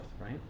right